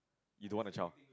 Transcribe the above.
you don't want a child